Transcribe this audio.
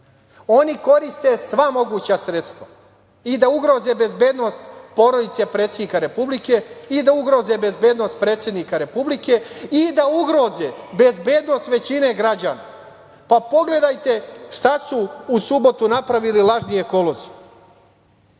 oni koriste sva moguća sredstva i da ugroze bezbednost porodice predsednika Republike i da ugroze bezbednost predsednika Republike i da ugroze bezbednost većine građana. Pa, pogledajte šta su u subotu napravili lažni ekolozi?